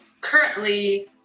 currently